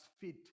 fit